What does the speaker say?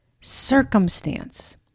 circumstance